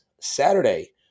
Saturday